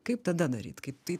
kaip tada daryt kaip tai